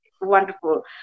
Wonderful